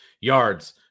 yards